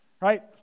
Right